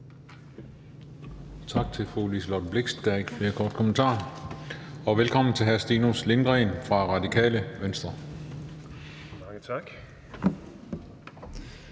Tak til fru Liselott Blixt. Der er ikke flere korte bemærkninger, og velkommen til hr. Stinus Lindgreen fra Radikale Venstre. Kl.